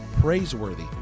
praiseworthy